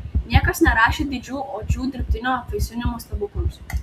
niekas nerašė didžių odžių dirbtinio apvaisinimo stebuklams